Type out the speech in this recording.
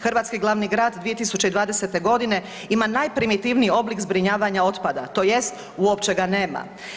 Hrvatski glavni grad 2020.g. ima najprimitivniji oblik zbrinjavanja otpada tj. uopće ga nema.